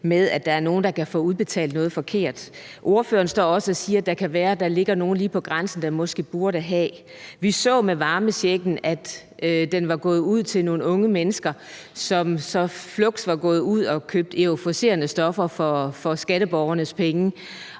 med, at der er nogle, der kan få udbetalt noget forkert. Ordføreren står også og siger, at det kan være, der er nogle, der ligger lige på grænsen, der burde have en udbetaling. Vi så med hensyn til varmechecken, at den var gået ud til nogle unge mennesker, som så fluks var gået ud og havde købt euforiserende stoffer for skatteborgernes penge.